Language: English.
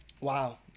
Wow